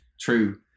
true